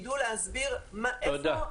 שידעו להסביר איפה על סדר היום הנושא החקלאי.